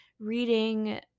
reading